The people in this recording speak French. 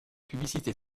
publicité